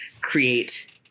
create